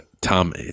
Tom